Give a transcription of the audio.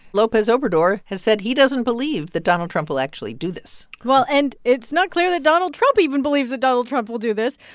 lopez obrador has said he doesn't believe that donald trump will actually do this well, and it's not clear that donald trump even believes that donald trump will do this.